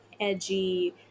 edgy